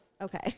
Okay